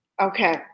Okay